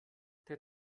der